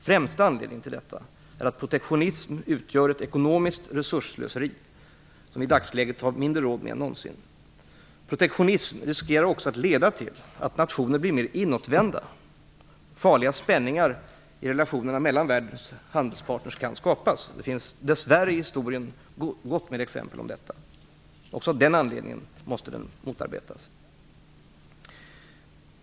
Främsta anledningen till detta är att protektionism utgör ett ekonomiskt resursslöseri, som vi i dagsläget har mindre råd med än någonsin. Protektionism riskerar också att leda till att nationer blir mer inåtvända, och farliga spänningar i relationerna mellan världens handelspartner kan skapas. Det finns dess värre gott om exempel på detta i historien. Också av denna anledning måste protektionism motarbetas.